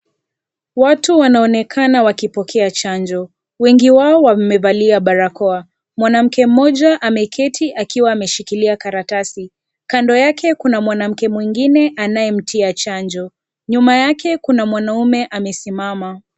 Watu wanaonekana wakipokea chanjo. Wengi wao wamevalia barakoa. Mwanamke mmoja, ameketi akiwa ameshikilia karatasi. Kando yake, kuna mwanamke mwingine anayemtia chanjo. Nyuma yake, kuna mwanaume ambaye amesimama.